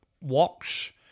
walks